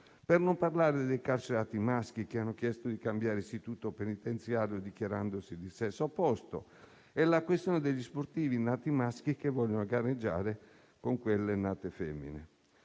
Per non parlare dei carcerati maschi che hanno chiesto di cambiare istituto penitenziario dichiarandosi di sesso opposto e la questione degli sportivi nati maschi che vogliono gareggiare con le sportive nate femmine.